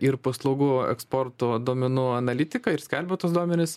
ir paslaugų eksporto duomenų analitiką ir skelbia tuos duomenis